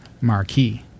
marquee